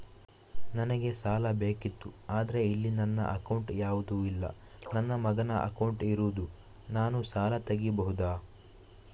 ನನಗೆ ಸಾಲ ಬೇಕಿತ್ತು ಆದ್ರೆ ಇಲ್ಲಿ ನನ್ನ ಅಕೌಂಟ್ ಯಾವುದು ಇಲ್ಲ, ನನ್ನ ಮಗನ ಅಕೌಂಟ್ ಇರುದು, ನಾನು ಸಾಲ ತೆಗಿಬಹುದಾ?